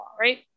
right